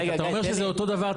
אתה אומר שזה אותו דבר.